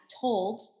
told